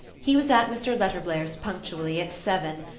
he was at mr. letterblair's punctually at seven,